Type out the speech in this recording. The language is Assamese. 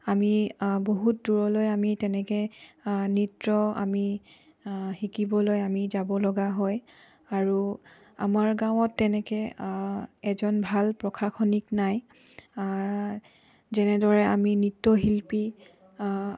আমি বহুত দূৰলৈ আমি তেনেকৈ নৃত্য আমি শিকিবলৈ আমি যাব লগা হয় আৰু আমাৰ গাঁৱত তেনেকৈ এজন ভাল প্ৰশাসনিক নাই যেনেদৰে আমি নৃত্যশিল্পী